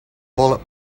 bullet